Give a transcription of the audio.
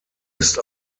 ist